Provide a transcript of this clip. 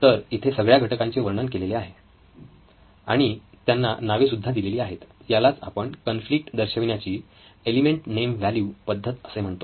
तर इथे सगळ्या घटकांचे वर्णन केलेले आहे आणि आणि त्यांना नावे सुद्धा दिलेली आहेत यालाच आपण कॉन्फ्लिक्ट दर्शविण्याची एलिमेंट नेम व्हॅल्यू पद्धत असे म्हणतो